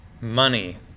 money